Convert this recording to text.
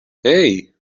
hey